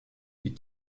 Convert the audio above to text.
die